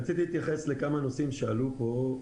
רציתי להתייחס לכמה נושאים שעלו פה.